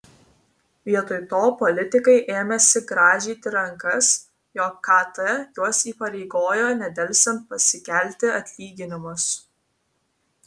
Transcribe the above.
vietoj to politikai ėmėsi grąžyti rankas jog kt juos įpareigojo nedelsiant pasikelti atlyginimus